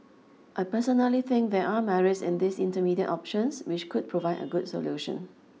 I personally think there are merits in these intermediate options which could provide a good solution